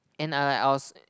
and I like I was